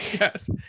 Yes